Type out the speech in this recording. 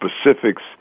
specifics